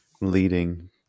leading